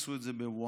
עשו את זה בווהאן,